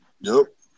Nope